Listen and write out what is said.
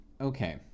Okay